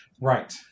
right